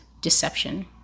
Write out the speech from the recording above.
deception